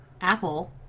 Apple